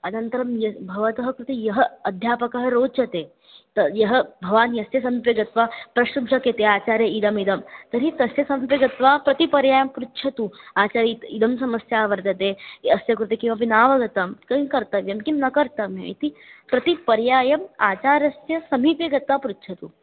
अनन्तरं यद् भवतः कुते यः अध्यापकः रोचते त यः भवान् यस्य समीपे गत्वा प्रष्टुं शक्यते आचार्य इदमिदं तर्हि तस्य समीपे गत्वा प्रति पर्यायं पृच्छतु आचार्य इदं समस्या वर्तते अस्य कृते किमपि नावगतं तर्हि किं कर्तव्यं किं न कर्तव्यम् इति प्रतिपर्यायम् आचार्यस्य समीपे गत्वा पृच्छतु